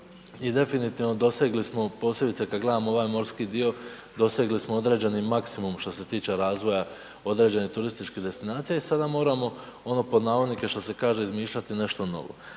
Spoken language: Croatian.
I definitivno dosegli smo posebice kada gledamo ovaj morski dio dosegli smo određeni maksimum što se tiče razvoja određenih turističkih destinacija i sada moramo ono pod navodnike što se kaže izmišljati nešto novo.